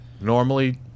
normally